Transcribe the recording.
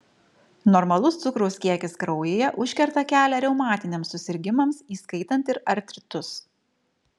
normalus cukraus kiekis kraujyje užkerta kelią reumatiniams susirgimams įskaitant ir artritus